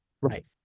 Right